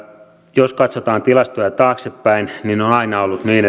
jos katsotaan tilastoja taaksepäin niin on on aina ollut niin